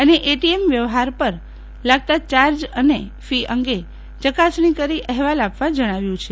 અને પએટીએમ વ્યવહાર પર લાગતા યાર્જ અને ફી અંગે યકાસણી કરી અહેવાલ આપવા જણાવ્યું છે